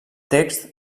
text